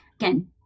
again